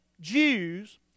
Jews